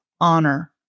honor